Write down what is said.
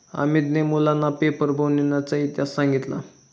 अमितने मुलांना पेपर बनविण्याचा इतिहास सांगितला